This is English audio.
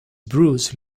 bruise